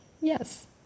Yes